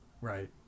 Right